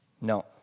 no